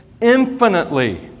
infinitely